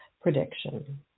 prediction